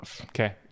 Okay